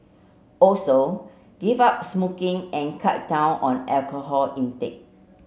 also give up smoking and cut down on alcohol intake